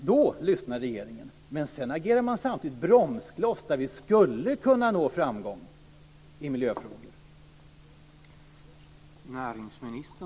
Då lyssnar regeringen, men sedan agerar man samtidigt bromskloss där vi skulle kunna nå framgång i miljöfrågor.